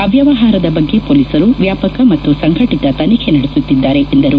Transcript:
ಅವ್ಯವಹಾರದ ಬಗ್ಗೆ ಪೊಲೀಸರು ವ್ಯಾಪಕ ಮತ್ತು ಸಂಘಟಿತ ತನಿಖೆ ನಡೆಸುತ್ತಿದ್ದಾರೆ ಎಂದರು